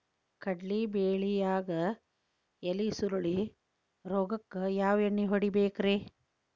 ಕಡ್ಲಿ ಬೆಳಿಯಾಗ ಎಲಿ ಸುರುಳಿ ರೋಗಕ್ಕ ಯಾವ ಎಣ್ಣಿ ಹೊಡಿಬೇಕ್ರೇ?